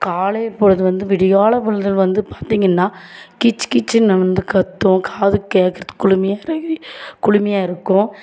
காலை பொழுது வந்து விடியகாலை பொழுது வந்து பார்த்தீங்கன்னா கீச் கீச்சுன்னு வந்து கத்தும் காது கேட்குறதுக்கு குளிமையா இருக்குது குளிமையா இருக்கும்